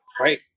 right